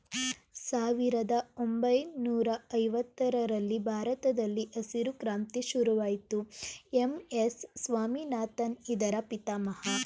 ಸಾವಿರದ ಒಂಬೈನೂರ ಐವತ್ತರರಲ್ಲಿ ಭಾರತದಲ್ಲಿ ಹಸಿರು ಕ್ರಾಂತಿ ಶುರುವಾಯಿತು ಎಂ.ಎಸ್ ಸ್ವಾಮಿನಾಥನ್ ಇದರ ಪಿತಾಮಹ